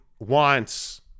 wants